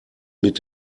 mit